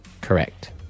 Correct